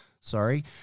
Sorry